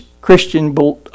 Christian